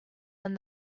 and